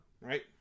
right